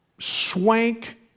Swank